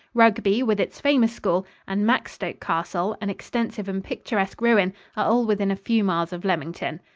rugby, with its famous school, and maxstoke castle an extensive and picturesque ruin are all within a few miles of leamington.